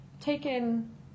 taken